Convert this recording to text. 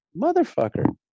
Motherfucker